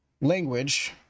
language